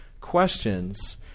questions